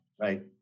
Right